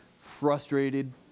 frustrated